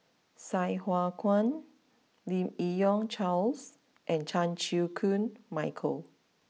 Sai Hua Kuan Lim Yi Yong Charles and Chan Chew Koon Michael